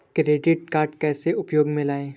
Credit card कैसे उपयोग में लाएँ?